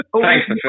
Thanks